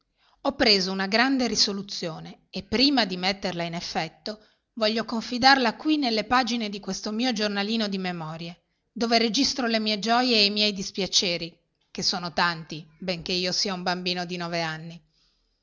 ho preso una grande risoluzione e prima di metterla in effetto voglio confidarla qui nelle pagine di questo mio giornalino di memorie dove registro le mie gioie e i miei dispiaceri che sono tanti benché io sia un bambino di nove anni